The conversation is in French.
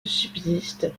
subsiste